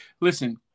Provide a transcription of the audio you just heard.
Listen